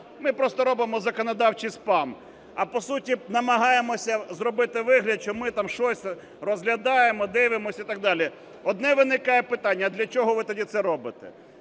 Ми просто робимо законодавчий спам. А по суті намагаємось зробити вигляд, що ми там щось розглядаємо, дивимось і так далі. Одне виникає питання: а для чого ви тоді це робите?